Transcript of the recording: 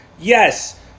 Yes